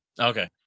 Okay